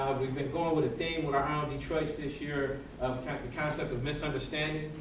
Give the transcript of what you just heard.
we've been going with a theme with around detroit this year of kind of the concept of misunderstanding,